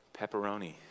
pepperoni